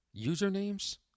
Usernames